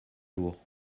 jours